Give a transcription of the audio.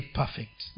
perfect